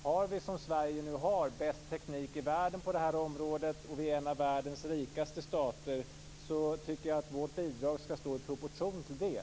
Har vi, som Sverige nu har, bäst teknik i världen på det här området, och vi är en av världens rikaste stater, tycker jag att vårt bidrag skall stå i proportion till det.